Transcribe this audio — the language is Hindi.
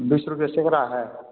बीस रुपया सेवड़ा है